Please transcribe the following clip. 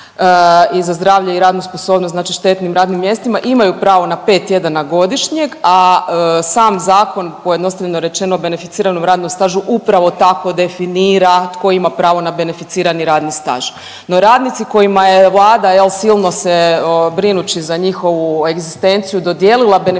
i za zdravlje i radnu sposobnost znači štetnim radnim mjestima imaju pravo na 5 tjedana godišnjeg, a sam zakon pojednostavljeno rečeno o beneficiranom radom stažu upravo tako definira tko ima pravo na beneficirani radni staž. No, radnici kojima je Vlada jel silno se brinući za njihovu egzistenciju dodijelila beneficirani